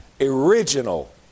original